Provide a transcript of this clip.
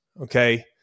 okay